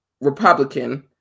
Republican